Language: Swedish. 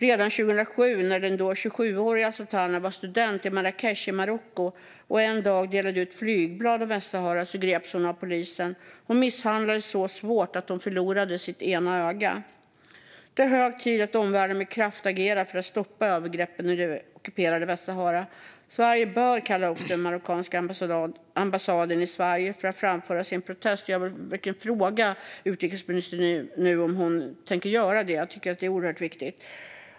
Redan 2007, när den då 27-åriga Sultana var student i Marrakesh i Marocko och en dag delade ut flygblad i Västsahara, greps hon av polisen. Hon misshandlades så svårt att hon förlorade sitt ena öga. Det är hög tid att omvärlden med kraft agerar för att stoppa övergreppen i det ockuperade Västsahara. Sverige bör kalla upp den marockanska ambassadören i Sverige för att framföra vår protest. Jag vill nu verkligen fråga utrikesministern om hon tänker göra det, vilket jag tycker är oerhört viktigt.